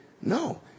no